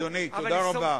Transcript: אדוני, תודה רבה.